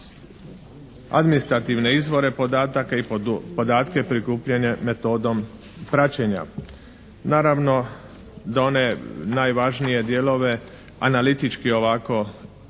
administrativne izvore podataka i podatke prikupljene metodom praćenja. Naravno da one najvažnije dijelove analitički ovako istaknute